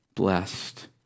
Blessed